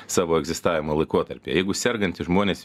savo egzistavimo laikotarpiu jeigu sergantys žmonės